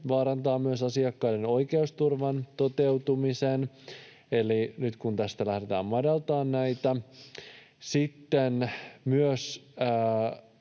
vaarantaa myös asiakkaiden oikeusturvan toteutumisen nyt, kun tässä lähdetään madaltamaan näitä. Sitten